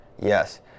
Yes